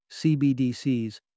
CBDCs